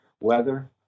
weather